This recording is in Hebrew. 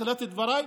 בתחילת דבריי,